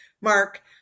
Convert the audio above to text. mark